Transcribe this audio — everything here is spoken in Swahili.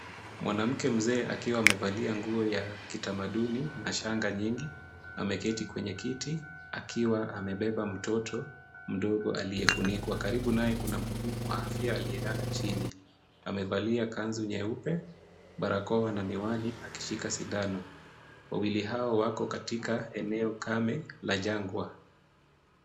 Mwanamke mzee akiwa amevalia nguo ya kitamaduni na shanga nyingi, ameketi kwenye kiti, akiwa amebeba mtoto mdogo aliyefunikwa. Karibu naye kuna mhudumu wa afya aliyelala chini. Amevalia kanzu nyeupe, barakoa na miwani akishika sindano. Wawili hao wako katika eneo kame la jangwa.